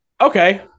Okay